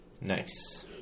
Nice